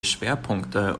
schwerpunkte